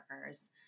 workers